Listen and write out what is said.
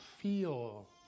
feel